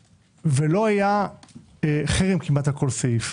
ולא היה חרם כמעט על כל סעיף.